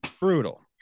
brutal